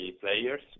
players